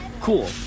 Cool